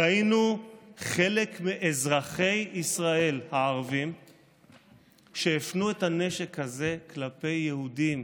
ראינו חלק מאזרחי ישראל הערבים שהפנו את הנשק הזה כלפי יהודים,